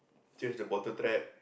change the bottle trap